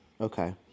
okay